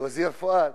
אל-ואזיר פואד.